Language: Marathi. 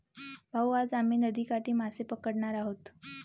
भाऊ, आज आम्ही नदीकाठी मासे पकडणार आहोत